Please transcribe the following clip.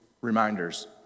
reminders